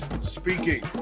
speaking